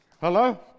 Hello